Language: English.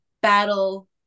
battle